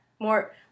more